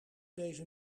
deze